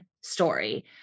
story